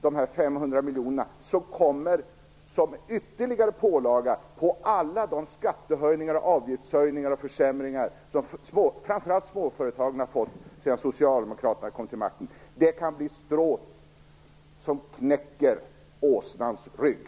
De här 500 miljonerna kommer dessutom som ytterligare pålaga på alla de skattehöjningar, avgiftshöjningar och försämringar som framför allt småföretagarna har fått sedan Socialdemokraterna kom till makten. Det här kan bli stråt som knäcker åsnans rygg.